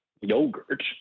yogurt